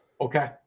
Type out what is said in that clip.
Okay